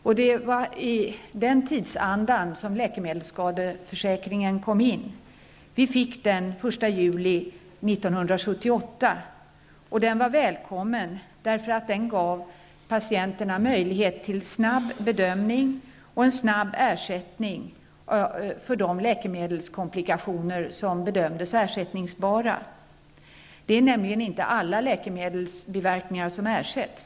I den tidsandan blev läkemedelsskadeförsäkringen verklighet i Sverige den 1 juli 1978. Den var välkommen. Genom den kunde patienterna efter en snabb bedömning av sitt fall få snabb ersättning, om läkemedelsbiverkningen bedömdes ersättningsbar. Alla läkemedelsbiverkningar ersätts nämligen inte.